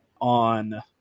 on